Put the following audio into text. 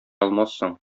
алмассың